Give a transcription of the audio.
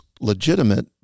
legitimate